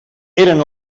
eren